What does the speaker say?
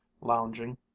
lounging